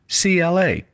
CLA